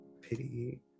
Pity